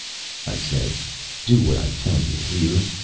i said do what i tell you, hear?